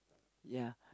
ya